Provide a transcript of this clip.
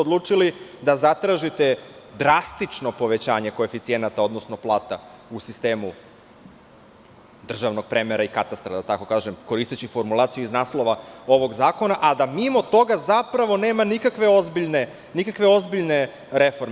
Odlučili ste se da zatražite drastično povećanje koeficijenata, odnosno plata u sistemu državnog premera i katastra, da tako kažem, koristeći formulaciju iz naslova ovog zakona, a da mimo toga, zapravo, nema nikakve ozbiljne reforme.